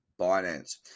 Binance